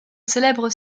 célèbre